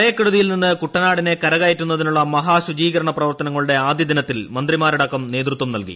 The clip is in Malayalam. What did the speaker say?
പ്രളയക്കെടുതിയിൽ നിന്ന് കുട്ടനാടിനെ കരകയറ്റുന്നതിനുള്ള മഹാശുചീകരണ പ്രവർത്തനങ്ങളുടെ ആദ്യ ദിനത്തിൽ മന്ത്രിമാരടക്കം നേതൃത്വം നൽകി